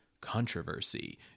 controversy